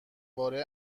باره